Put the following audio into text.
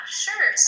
sure